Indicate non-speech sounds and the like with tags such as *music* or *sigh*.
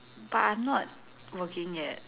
but I'm not working yet *laughs*